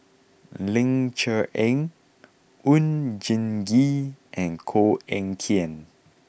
Ling Cher Eng Oon Jin Gee and Koh Eng Kian